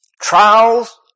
Trials